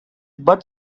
bud